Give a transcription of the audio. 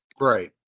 Right